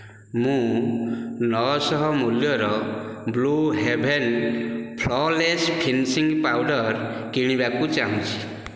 ମୁଁ ନଅଶହ ମୂଲ୍ୟର blue heaven flawless finishing powder କିଣିବାକୁ ଚାହୁଁଛି